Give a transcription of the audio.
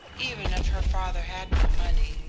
even if her father had no money,